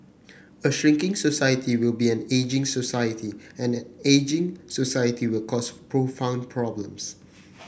a shrinking society will be an ageing society and an ageing society will cause profound problems